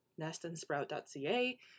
nestandsprout.ca